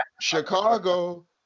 Chicago